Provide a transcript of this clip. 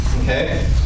Okay